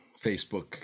Facebook